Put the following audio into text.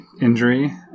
injury